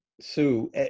Sue